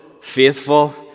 faithful